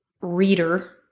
reader